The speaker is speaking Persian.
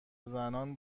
زنان